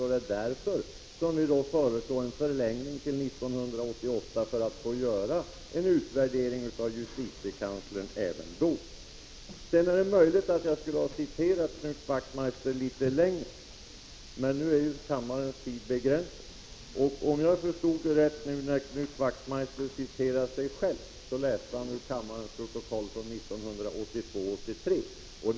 Det är därför som vi föreslår en förlängning till 1988, så att det även då kan göras en utvärdering av justitiekanslern. Det är möjligt att jag skulle ha citerat Knut Wachtmeister ytterligare, men nu är ju kammarens tid litet begränsad. Om jag förstår det rätt, läste Knut Wachtmeister ur kammarens protokoll från 1982/83 när han citerade sig själv.